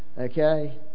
okay